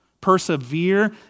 Persevere